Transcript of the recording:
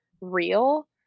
real